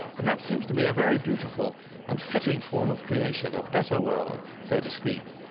and that seems to me a very beautiful and fitting form of creation, a better world, so to speak,